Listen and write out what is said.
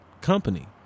company